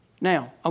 Now